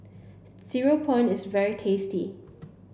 Cereal Prawn is very tasty